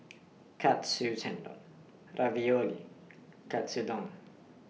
Katsu Tendon Ravioli Katsudon